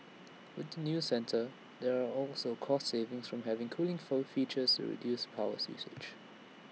with the new centre there are also cost savings from having cooling foe features to reduce powers usage